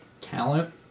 talent